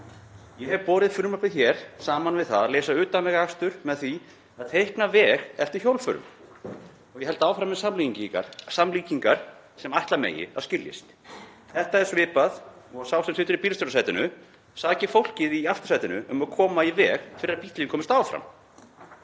Ég hef borið frumvarpið hér saman við það að leysa utanvegaakstur með því að teikna veg eftir hjólförum. Ég held áfram með samlíkingar sem ætla má að skiljist; þetta er svipað og að sá sem situr í bílstjórasætinu saki fólkið í aftursætinu um að koma í veg fyrir að bíllinn komist áfram.